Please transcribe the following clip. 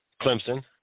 Clemson